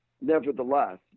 nevertheless